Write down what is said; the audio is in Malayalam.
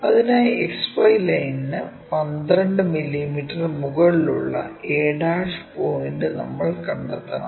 അതിനായി XY ലൈനിന് 12 മില്ലീമീറ്റർ മുകളിലുള്ള a പോയിന്റ് നമ്മൾ കണ്ടെത്തണം